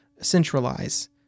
centralize